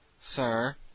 Sir